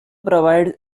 provide